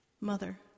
Mother